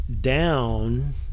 down